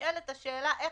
שנויה במחלוקת,